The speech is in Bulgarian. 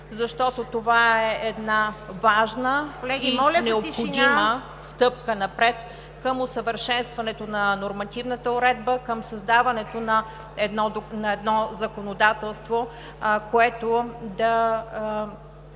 ИВЕЛИНА ВАСИЛЕВА: …и необходима стъпка напред към усъвършенстването на нормативната уредба, към създаването на едно законодателство, което в